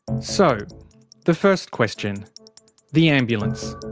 so the first question the ambulance.